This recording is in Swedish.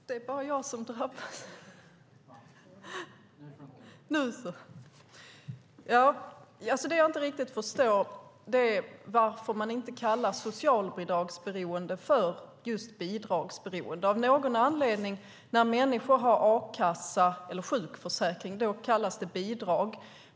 Herr talman! Det jag inte riktigt förstår är varför man inte kallar socialbidragsberoende för just bidragsberoende. Av någon anledning kallas det bidrag när människor har a-kassa eller sjukförsäkring.